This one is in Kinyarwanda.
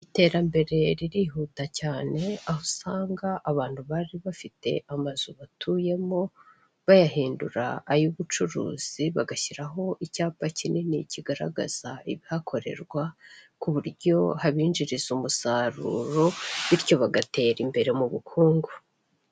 Iterambere ririhuta cyane, aho usanga abantu bari bafite amazu batuye mo bayahindura ay'ubucuruzi, bagashyira ho icyapa kinini kigaragaza ibihakorerwa, ku buryo abinjiriza umusaruro bityo bagatera imbere mu bukungu.